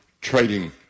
trading